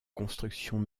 constructions